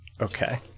Okay